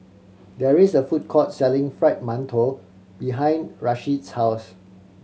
there is a food court selling Fried Mantou behind Rasheed's house